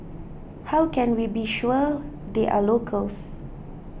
how can we be sure they are locals